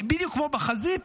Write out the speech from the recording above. בדיוק כמו בחזית,